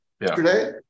yesterday